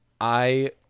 I